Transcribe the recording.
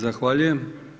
Zahvaljujem.